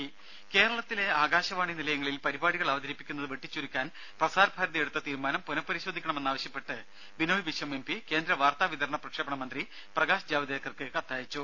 രുര കേരളത്തിലെ ആകാശവാണി നിലയങ്ങളിൽ പരിപാടികൾ അവതരിപ്പിക്കുന്നത് വെട്ടിച്ചുരുക്കാൻ പ്രസാർഭാരതി എടുത്ത തീരുമാനം പുനഃപരിശോധിക്കണമെന്നാവശ്യപ്പെട്ട് ബിനോയ് വിശ്വം എം പി കേന്ദ്രവാർത്താവിതരണ പ്രക്ഷേപണ മന്ത്രി പ്രകാശ് ജാവ്ദേക്കർക്ക് കത്തയച്ചു